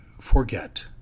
forget